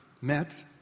met